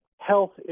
health